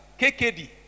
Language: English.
KKD